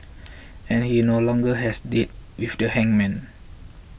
and he no longer has date with the hangman